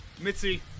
Mitzi